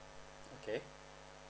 okay